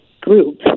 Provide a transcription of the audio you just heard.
group